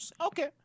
Okay